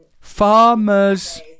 farmers